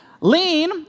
Lean